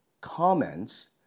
comments